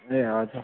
ए हजुर